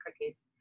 cookies